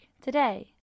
today